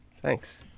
Thanks